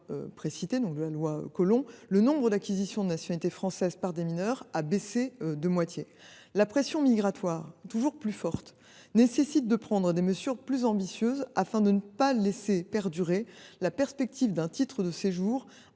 l’adoption de la loi Collomb, le nombre d’acquisitions de nationalité française par des mineurs a baissé de moitié. La pression migratoire toujours plus forte nécessite de prendre des mesures plus ambitieuses, afin de ne pas laisser entrevoir la perspective d’un titre de séjour